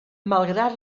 malgrat